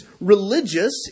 religious